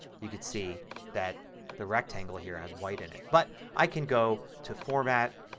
you can see that the rectangle here has white in it. but i can go to format,